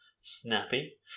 snappy